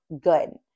good